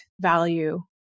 value